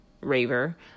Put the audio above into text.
raver